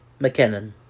McKinnon